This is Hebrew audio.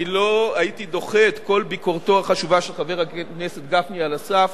אני לא הייתי דוחה את כל ביקורתו החשובה של חבר הכנסת גפני על הסף,